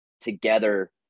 together